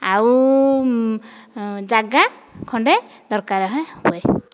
ଆଉ ଜାଗା ଖଣ୍ଡେ ଦରକାର ହିଁ ହୁଏ